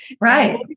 right